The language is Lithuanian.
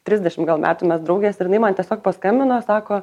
trisdešim gal metų mes draugės ir jinai man tiesiog paskambino sako